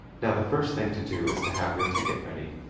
now, the first thing to do is to have your ticket ready.